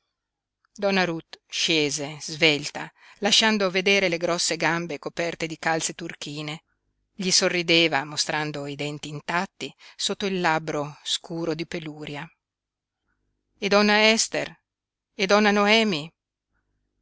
ruth scese svelta lasciando vedere le grosse gambe coperte di calze turchine gli sorrideva mostrando i denti intatti sotto il labbro scuro di peluria e donna ester e donna noemi